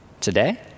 today